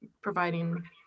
providing